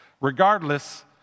Regardless